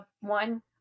One